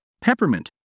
peppermint